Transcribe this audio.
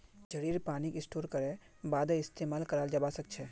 झड़ीर पानीक स्टोर करे बादे इस्तेमाल कराल जबा सखछे